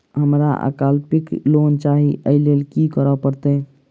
हमरा अल्पकालिक लोन चाहि अई केँ लेल की करऽ पड़त?